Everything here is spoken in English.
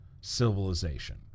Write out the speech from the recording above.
civilization